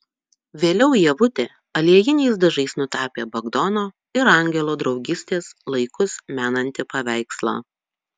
vėliau ievutė aliejiniais dažais nutapė bagdono ir angelo draugystės laikus menantį paveikslą